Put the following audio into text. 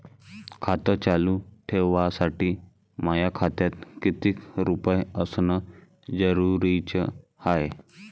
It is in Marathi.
खातं चालू ठेवासाठी माया खात्यात कितीक रुपये असनं जरुरीच हाय?